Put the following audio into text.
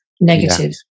negative